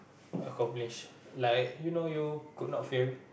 accomplish like you know you could not fail